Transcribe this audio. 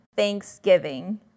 Thanksgiving